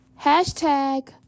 Hashtag